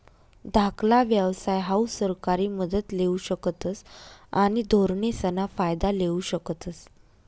धाकला व्यवसाय हाऊ सरकारी मदत लेवू शकतस आणि धोरणेसना फायदा लेवू शकतस